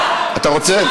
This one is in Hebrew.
אתה רוצה?